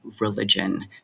religion